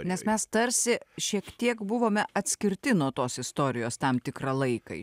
nes mes tarsi šiek tiek buvome atskirti nuo tos istorijos tam tikrą laiką